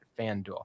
FanDuel